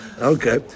Okay